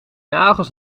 nagels